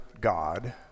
God